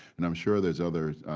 and i'm sure there's other